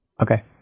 Okay